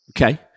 okay